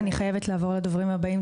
עדינה, אני חייבת לעבור לדוברים הבאים.